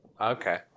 Okay